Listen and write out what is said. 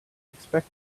expect